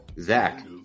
Zach